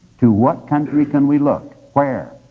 to what country can we look? where?